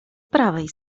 prawej